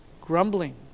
Grumbling